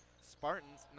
Spartans